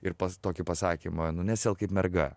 ir pas tokį pasakymą nesielk kaip merga